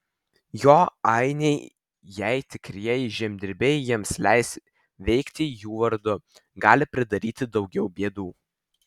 jo ainiai jei tikrieji žemdirbiai jiems leis veikti jų vardu gali pridaryti daugiau bėdų